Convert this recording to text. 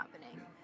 happening